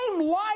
life